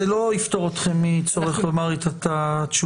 אבל זה לא יפטור אתכם מהצורך לומר לי את התשובה.